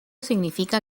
significa